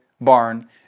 barn